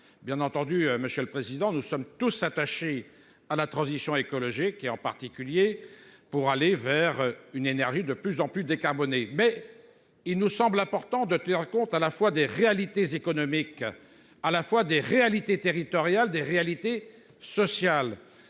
Bien entendu, monsieur le président. Nous sommes tous attachés à la transition écologique et en particulier pour aller vers une énergie de plus en plus décarboné. Mais il nous semble important de tenir compte à la fois des réalités économiques à la fois des réalités territoriales des réalités sociales.